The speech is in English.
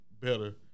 better